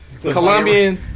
Colombian